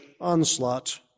onslaught